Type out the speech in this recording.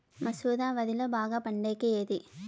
మసూర వరిలో బాగా పండేకి ఏది?